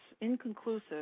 inconclusive